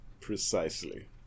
precisely